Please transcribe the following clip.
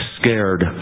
scared